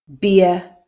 Beer